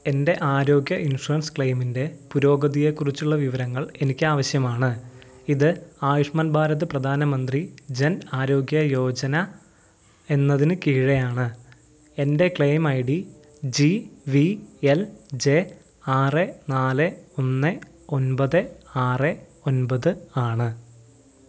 എൻ്റെ ആരോഗ്യ ഇൻഷുറൻസ് ക്ലെയിമിൻ്റെ പുരോഗതിയെക്കുറിച്ചുള്ള വിവരങ്ങൾ എനിക്ക് ആവശ്യമാണ് ഇത് ആയുഷ്മാൻ ഭാരത് പ്രധാന മന്ത്രി ജൻ ആരോഗ്യ യോജന എന്നതിന് കീഴെയാണ് എൻ്റെ claim I D G V L J ആറ് നാല് ഒന്ന് ഒമ്പത് ആറ് ഒൻപത് ആണ്